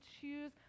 choose